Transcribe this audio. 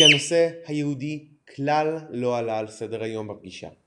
כי הנושא "היהודי" כלל לא עלה על סדר היום בפגישה.